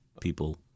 people